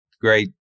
great